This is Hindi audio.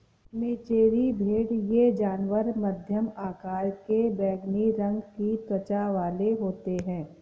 मेचेरी भेड़ ये जानवर मध्यम आकार के बैंगनी रंग की त्वचा वाले होते हैं